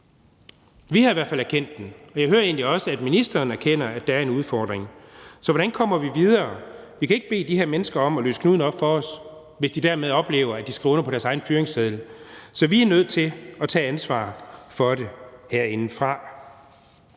Vi har i hvert fald erkendt at den er der, og jeg hører egentlig også, at ministeren erkender, at der er en udfordring. Så hvordan kommer vi videre? Vi kan ikke bede de her mennesker om at løse knuden op for os, hvis de dermed oplever, at de skriver under på deres egen fyreseddel, så vi er nødt til at tage ansvar for det herinde.